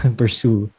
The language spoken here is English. pursue